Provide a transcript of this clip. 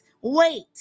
wait